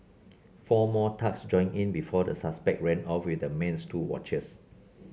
four more thugs joined in before the suspects ran off with the man's two watches